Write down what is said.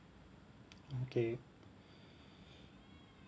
okay